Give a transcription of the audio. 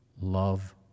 love